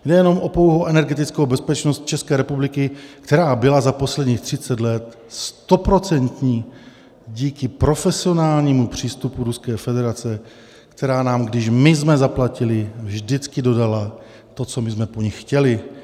Jde jen o pouhou energetickou bezpečnost České republiky, která byla za posledních 30 let stoprocentní díky profesionálnímu přístupu Ruské federace, která nám, když my jsme zaplatili, vždycky dodala to, co my jsme po nich chtěli.